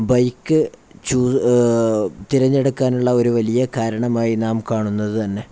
bike തിരഞ്ഞെടുക്കാനുള്ള ഒരു വലിയ കാരണമായി നാം കാണുന്നത് തന്നെ